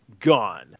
gone